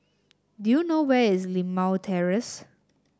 do you know where is Limau Terrace